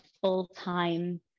full-time